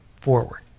forward